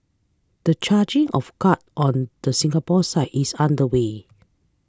the charging of guard on the Singapore side is underway